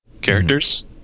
characters